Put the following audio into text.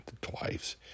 twice